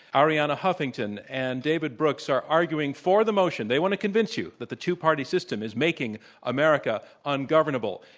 arianna huffington and david brooks are arguing for the motion. they want to convince you that the two-party system is making america ungovernable.